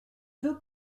deux